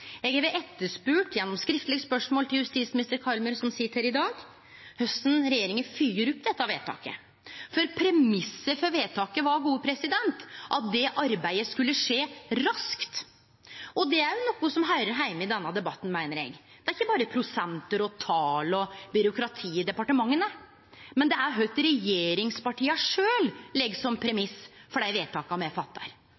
Eg har stilt skriftleg spørsmål til justisminister Kallmyr, som sit her i dag, om korleis regjeringa fylgjer opp dette vedtaket, for premissen for vedtaket var at det arbeidet skulle skje raskt – og det er noko som høyrer heime i denne debatten, meiner eg. Det er ikkje berre prosentar og tal og byråkrati i departementa, det er også kva regjeringspartia sjølve legg som